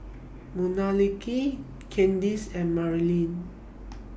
Manuelita Kandice and Marilyn